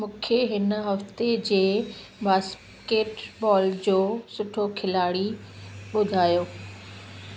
मूंखे हिन हफ़्ते जे बास्केट बॉल जो सुठो खिलाड़ी ॿुधायो